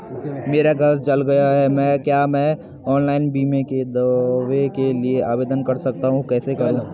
मेरा घर जल गया है क्या मैं ऑनलाइन बीमे के दावे के लिए आवेदन कर सकता हूँ कैसे करूँ?